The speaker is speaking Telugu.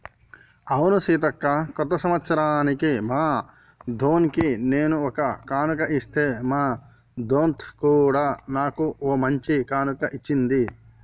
అవును సీతక్క కొత్త సంవత్సరానికి మా దొన్కి నేను ఒక కానుక ఇస్తే మా దొంత్ కూడా నాకు ఓ మంచి కానుక ఇచ్చింది